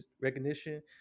recognition